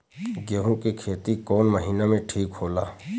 गेहूं के खेती कौन महीना में ठीक होला?